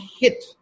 hit